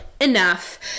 Enough